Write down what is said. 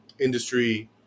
industry